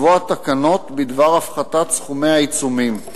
לקבוע תקנות בדבר הפחתת סכומי העיצומים.